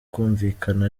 kumvikana